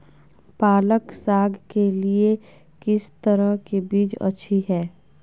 पालक साग के लिए किस तरह के बीज अच्छी है?